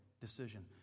decision